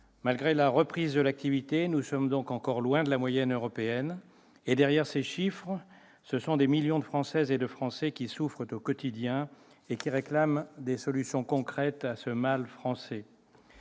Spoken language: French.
Malgré la reprise de l'activité, nous sommes donc encore loin de la moyenne européenne. Derrière ces chiffres, ce sont des millions de Françaises et de Français qui souffrent au quotidien et qui réclament des solutions concrètes à ce mal français.